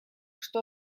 что